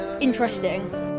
interesting